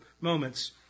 moments